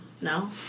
No